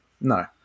no